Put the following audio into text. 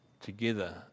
together